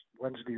Wednesday